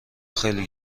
خیلی